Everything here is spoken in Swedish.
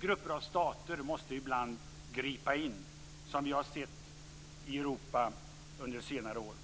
Grupper av stater måste ibland gripa in, som vi har sett i Europa under senare år.